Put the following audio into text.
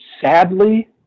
sadly